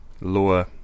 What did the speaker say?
lower